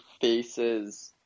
faces